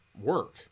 work